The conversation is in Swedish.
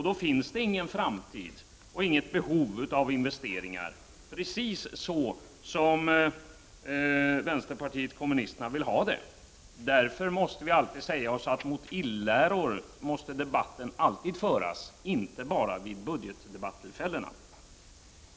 Då finns det ingen framtid och inget behov av investeringar, precis så som vänsterpartiet kommunisterna vill ha det. Därför måste vi ständigt säga oss att mot irrläror måste debatten alltid föras, inte bara vid de tillfällen då det är budgetdebatt.